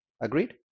agreed